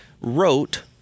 wrote